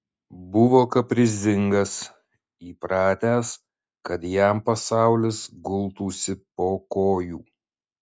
buvo kaprizingas įpratęs kad jam pasaulis gultųsi po kojų